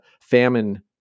famine